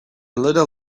little